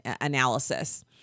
analysis